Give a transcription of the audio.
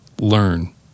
learn